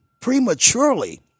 prematurely